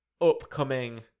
upcoming